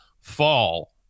fall